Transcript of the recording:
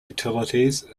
utilities